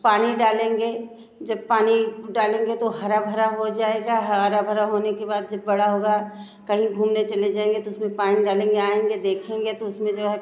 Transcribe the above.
पानी डालेंगे जब पानी डालेंगे तो हरा भरा हो जाएगा हरा भरा होने के बाद जब बड़ा होगा कहीं घूमने चले जाएंगे तो उसमें पानी डालेंगे आएंगे देखेंगे तो उसमें जो है